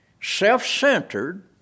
self-centered